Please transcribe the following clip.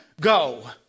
go